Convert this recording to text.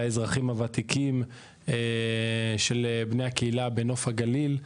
האזרחים הוותיקים של בני הקהילה בנוף הגליל.